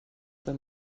sei